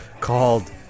called